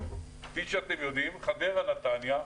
כפי שאתם יודעים חדרה-נתניה,